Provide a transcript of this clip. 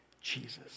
Jesus